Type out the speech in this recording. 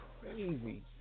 crazy